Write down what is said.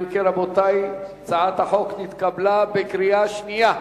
אם כן, רבותי, הצעת החוק נתקבלה בקריאה שנייה.